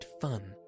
fun